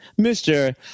Mr